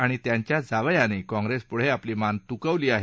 आणि त्यांच्या जावयाने काँग्रेसपुढे आपली मान तुकवली आहे